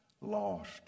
lost